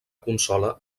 consola